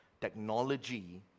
technology